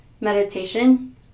meditation